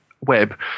web